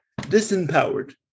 disempowered